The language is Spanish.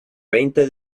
veinte